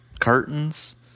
Curtains